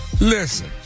Listen